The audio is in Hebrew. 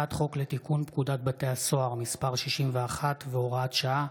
הצעת חוק לתיקון פקודת בתי הסוהר (מס' 61 והוראת שעה),